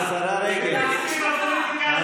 חסרת תרבות.